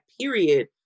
period